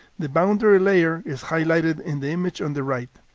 the boundary layer is highlighted in the image on the right.